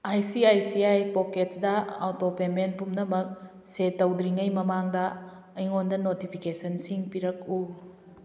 I C I C I ꯄꯣꯛꯀꯦꯠꯁꯗ autopayment ꯄꯨꯅꯃꯛ set ꯇꯧꯗ꯭ꯔꯤꯉꯩ ꯃꯃꯥꯡꯗ ꯑꯩꯉꯣꯟꯗ ꯅꯣꯇꯤꯐꯤꯀꯦꯁꯟꯁꯤꯡ ꯄꯤꯔꯛꯎ